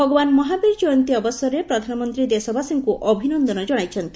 ଭଗବାନ ମହାବୀର କୟନ୍ତୀ ଅବସରରେ ପ୍ରଧାନମନ୍ତ୍ରୀ ଦେଶବାସୀଙ୍କୁ ଅଭିନନ୍ଦନ କ୍ଷଣାଇଛନ୍ତି